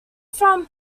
from